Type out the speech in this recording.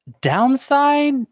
Downside